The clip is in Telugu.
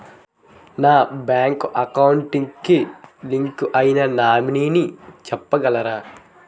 నా బ్యాంక్ అకౌంట్ కి లింక్ అయినా నామినీ చెప్పగలరా?